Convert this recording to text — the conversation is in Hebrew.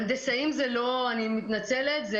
הנדסאים זה לא אני, אני מתנצלת.